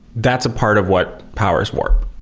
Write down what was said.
that's a part of what powers warp.